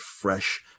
fresh